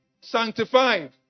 sanctified